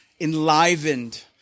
enlivened